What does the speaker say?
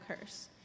curse